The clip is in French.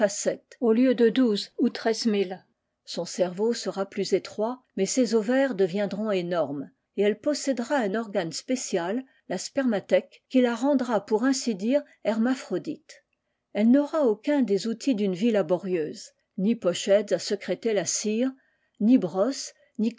au lieu de douze ou treize mille son cerveau sera plus étroit mais ses ovaires deviendront énormes et elle possédera un organe spécial la speomiah thèque qui la rendra pour ainsi dire hermaphrodite elle n'aura aucun des outils d'une vie laborieuse ni pochettes à sécréter la cire ni brosses ni